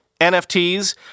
NFTs